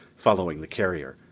following the carrier,